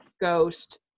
ghost